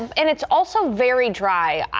and it's also very dry.